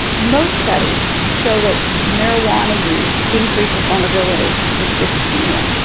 most studies show that marijuana use increases vulnerability for schizophrenia.